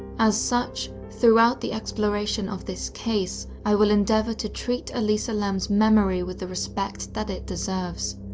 as such, throughout the exploration of this case, i will endeavour to treat elisa lam's memory with the respect that it deserves.